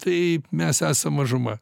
taip mes esam mažuma